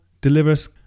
delivers